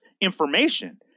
information